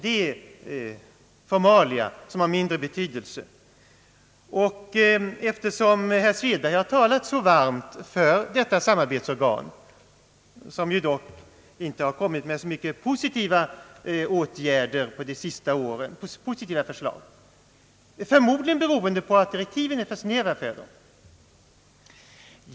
Det är formalia som har mindre betydelse. Herr Svedberg har talat så varmt för detta samarbetsorgan, som dock inte lagt fram så många förslag under de senaste åren — förmodligen beroende på att direktiven är för snäva.